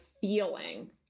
feeling